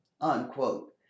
unquote